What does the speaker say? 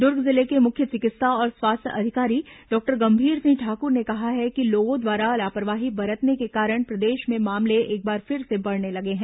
दूर्ग जिले के मुख्य चिकित्सा और स्वास्थ्य अधिकारी डॉक्टर गंभीर सिंह ठाक्र ने कहा है कि लोगों द्वारा लापरवाही बरतने के कारण प्रदेश में मामले एक बार फिर से बढ़ने लगे हैं